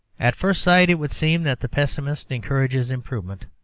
at first sight it would seem that the pessimist encourages improvement.